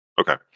Okay